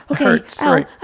okay